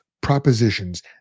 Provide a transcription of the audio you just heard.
propositions